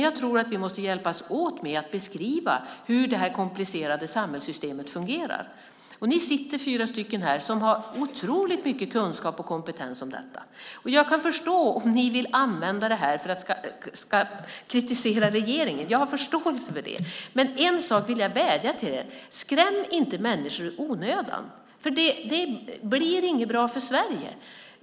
Jag tror dock att vi måste hjälpas åt med att beskriva hur detta komplicerade samhällssystem fungerar. Ni fyra har mycket kunskap och kompetens i detta. Jag förstår om ni vill använda det till att kritisera regeringen, men en sak vill jag vädja om. Skräm inte människor i onödan! Det är inte bra för Sverige.